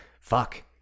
Fuck